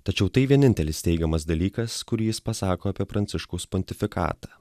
tačiau tai vienintelis teigiamas dalykas kurį jis pasako apie pranciškaus pontifikatą